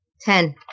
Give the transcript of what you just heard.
Ten